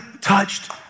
touched